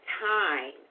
time